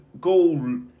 go